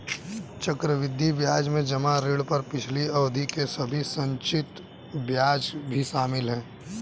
चक्रवृद्धि ब्याज में जमा ऋण पर पिछली अवधि के सभी संचित ब्याज भी शामिल हैं